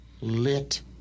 lit